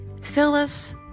Phyllis